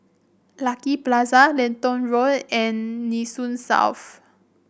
Lucky Plaza Lentor Road and Nee Soon South